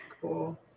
cool